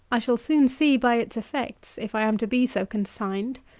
i shall soon see, by its effects, if i am to be so consigned.